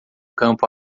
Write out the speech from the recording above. campo